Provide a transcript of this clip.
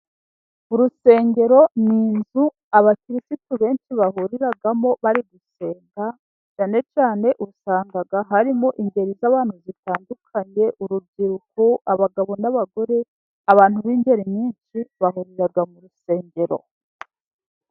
Urusengero ni inzu abakirisitu benshi bahuriramo bari gusenga. Cyane cyane usanga harimo ingeri z'abantu batandukanye. Urubyiruko, abagabo n'abagore, abantu b'ingeri nyinshi bahurira mu rusengero.